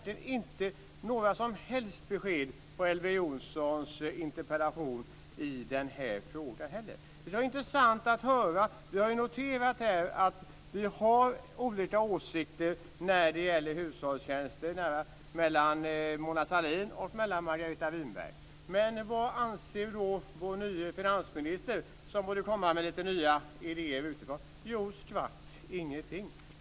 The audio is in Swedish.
Det finns inga som helst besked i svaret när det gäller Elver Vi har noterat att det finns olika åsikter om hushållsnära tjänster hos Mona Sahlin och Margareta Winberg. Men vad anser vår nye finansminister, som borde komma med lite nya idéer utifrån? Jo, skvatt ingenting.